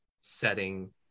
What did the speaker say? setting